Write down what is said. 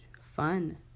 fun